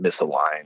misaligned